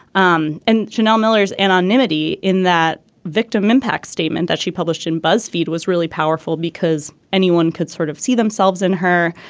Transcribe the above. um and janell miller's anonymity in that victim impact statement that she published in buzzfeed was really powerful because anyone could sort of see themselves in her.